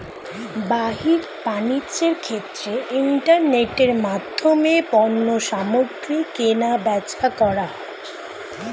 বাহ্যিক বাণিজ্যের ক্ষেত্রে ইন্টারনেটের মাধ্যমে পণ্যসামগ্রী কেনাবেচা করা হয়